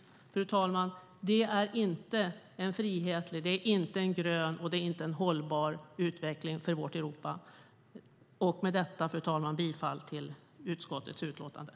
Men, fru talman, det är inte en frihetlig, inte en grön och inte en hållbar utveckling för vårt Europa! Med detta, fru talman, yrkar jag bifall till utskottets förslag i utlåtandet.